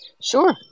Sure